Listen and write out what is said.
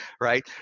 right